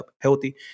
healthy